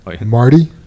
marty